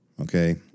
okay